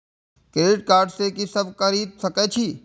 Credit card से की सब खरीद सकें छी?